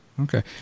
Okay